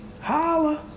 holla